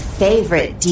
favorite